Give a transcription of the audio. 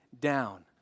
down